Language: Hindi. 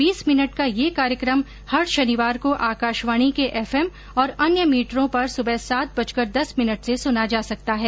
बीस मिनट का यह कार्यक्रम हर शनिवार को आकाशवाणी के एफ एम और अन्य मीटरों पर सुबह सात बजकर दस मिनट से सुना जा सकता है